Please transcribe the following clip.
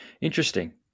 Interesting